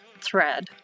thread